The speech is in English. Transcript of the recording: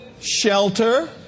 shelter